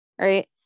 right